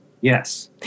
Yes